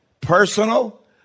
personal